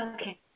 Okay